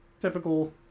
Typical